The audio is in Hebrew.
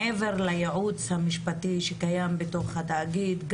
מעבר לייעוץ המשפטי שקיים בתוך התאגיד,